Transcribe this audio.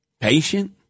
Patient